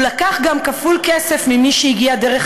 הוא לקח גם כפול כסף ממי שהגיע דרך